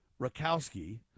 Rakowski